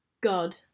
God